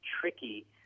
tricky